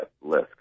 list